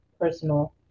personal